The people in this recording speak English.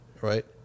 Right